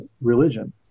religion